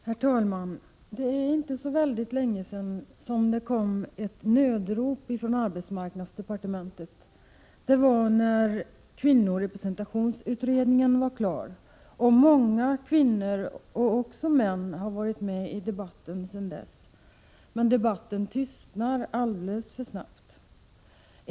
Herr talman! Det är inte så länge sedan som det kom ett nödrop från arbetsmarknadsdepartementet, nämligen när kvinnorepresentationsutredningen var klar. Många kvinnor och även män har varit med i debatten sedan dess, men debatten tystnade alldeles för snabbt.